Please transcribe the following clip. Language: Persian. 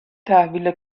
تحویل